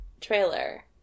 trailer